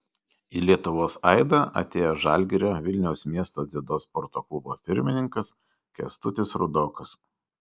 į lietuvos aidą atėjo žalgirio vilniaus miesto dziudo sporto klubo pirmininkas kęstutis rudokas